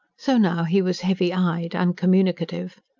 so now he was heavy-eyed, uncommunicative.